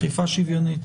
אכיפה שוויונית.